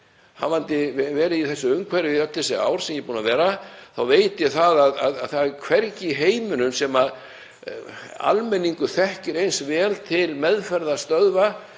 hafa verið í þessu umhverfi í öll þessi ár sem ég er búinn að vera þá veit ég að hvergi í heiminum þekkir almenningur eins vel til meðferðastöðva